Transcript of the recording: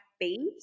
beads